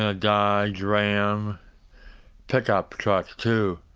a dodge ram pickup truck, too,